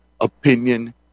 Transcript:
opinion